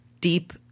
deep